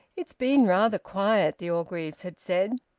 it's been rather quiet, the orgreaves had said.